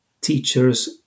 teachers